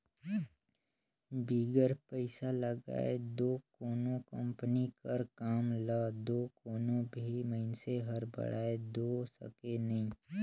बिगर पइसा लगाए दो कोनो कंपनी कर काम ल दो कोनो भी मइनसे हर बढ़ाए दो सके नई